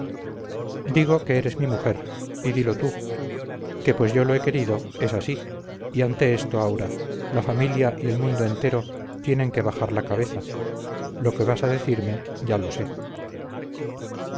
digo que eres mi mujer y dilo tú que pues yo lo he querido es así y ante esto aura la familia y el mundo entero tienen que bajar la cabeza lo que vas a decirme ya lo sé